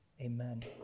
amen